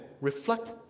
reflect